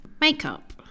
makeup